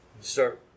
Start